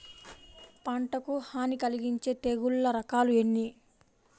పంటకు హాని కలిగించే తెగుళ్ల రకాలు ఎన్ని?